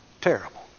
terrible